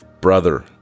brother